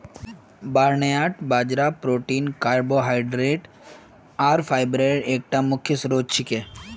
barnyard बाजरा protein carbohydrate आर fibre एकता प्रमुख स्रोत छिके